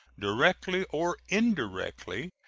directly or indirectly,